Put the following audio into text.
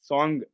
Song